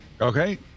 Okay